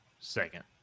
second